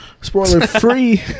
spoiler-free